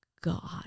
God